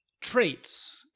traits